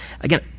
again